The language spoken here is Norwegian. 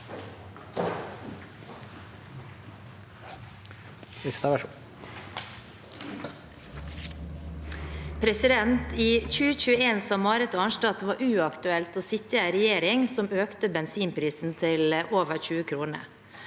I 2021 sa Marit Arn- stad at det var uaktuelt å sitte i en regjering som økte bensinprisen til over 20 kr.